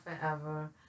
forever